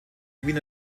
queen